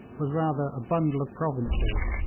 was rather a bundle of provinces,